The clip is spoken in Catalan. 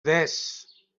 tres